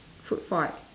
food fight